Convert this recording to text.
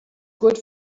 good